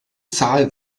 zahl